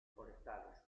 forestales